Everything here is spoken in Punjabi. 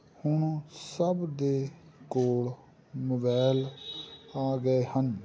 ਹੁਣ ਸਭ ਦੇ ਕੋਲ ਮੋਬੈਲ ਆ ਗਏ ਹਨ